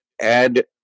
add